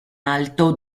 alto